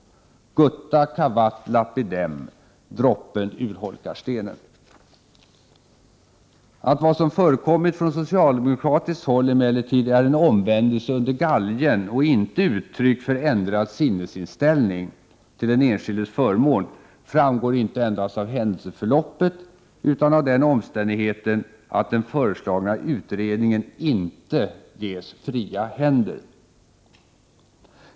”Gutta cavat lapidem” — droppen urholkar stenen. Att vad som förekommit från socialdemokratiskt håll emellertid är en omvändelse under galgen och ej uttryck för ändrad sinnesinställning till den enskildes förmån framgår inte endast av händelseförloppet utan även av den omständigheten att den föreslagna utredningen inte ges fria händer.